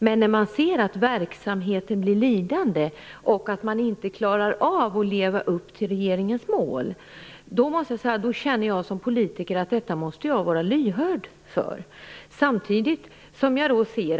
Men när jag ser att verksamheten blir lidande och att man inte klarar upp att leva upp till regeringens mål, känner jag att jag som politiker måste vara lyhörd för det som sker.